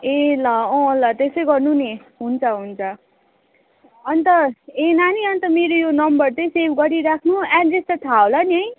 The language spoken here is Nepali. ए ल अँ ल त्यसै गर्नु नि हुन्छ हुन्छ अन्त ए नानी अन्त मेरो यो नम्बर चाहिँ सेभ गरिराख्नु एड्रेस त थाहा होला नि है